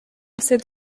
said